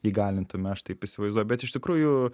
įgalintume aš taip įsivaizduoju bet iš tikrųjų